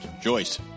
Joyce